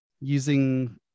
using